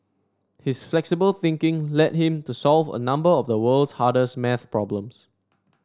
his flexible thinking led him to solve a number of the world's hardest maths problems